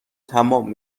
تمام